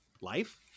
life